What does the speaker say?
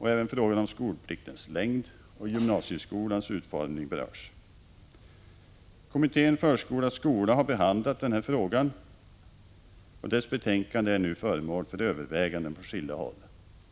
Även frågan om skolpliktens längd och gymnasieskolans utformning berörs. Kommittén Förskola-skola har behandlat denna fråga, och dess betänkande är nu föremål för överväganden på skilda håll.